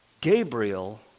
Gabriel